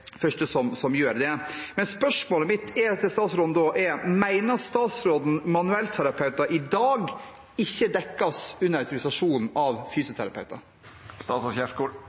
første landene som gjør det. Spørsmålet mitt til statsråden er da: Mener statsråden at manuellterapeuter i dag ikke dekkes under